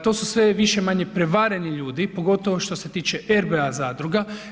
To su sve više-manje prevareni ljudi, pogotovo što se tiče RBA zadruga.